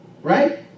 Right